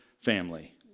family